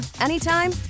anytime